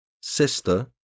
sister